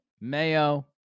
Mayo